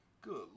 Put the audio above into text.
good